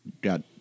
got